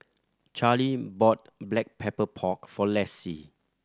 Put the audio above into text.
Charley bought Black Pepper Pork for Lessie